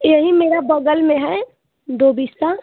यहीं मेरे बगल में है दो बिस्सा